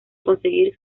conseguir